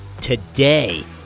today